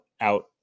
out